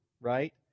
right